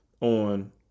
on